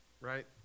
Right